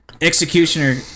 Executioner